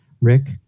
Rick